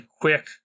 quick